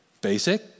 basic